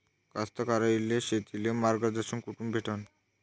कास्तकाराइले शेतीचं मार्गदर्शन कुठून भेटन?